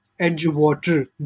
Edgewater